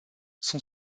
son